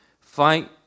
fight